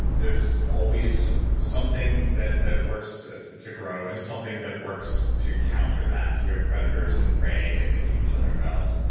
there's always something that that works to grow and something that works to counter that so we have predators and prey that keep each other in balance.